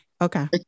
okay